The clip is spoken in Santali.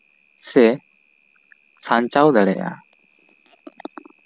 ᱥᱮ ᱥᱟᱧᱪᱟᱣ ᱫᱟᱲᱮᱭᱟᱜᱼᱟ